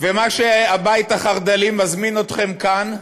ומה שהבית החרד"לי מזמין אתכם כאן,